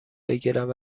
بگیرند